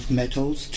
metals